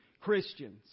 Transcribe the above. Christians